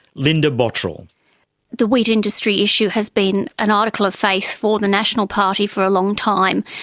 linda botterill the wheat industry issue has been an article of faith for the national party for a long time.